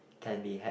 can be had